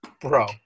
Bro